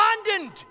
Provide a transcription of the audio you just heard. Abandoned